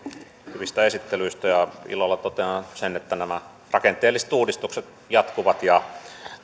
hyvistä esittelyistä ilolla totean sen että nämä rakenteelliset uudistukset jatkuvat ja